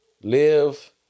Live